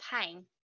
pain